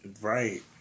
Right